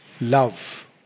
love